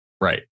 Right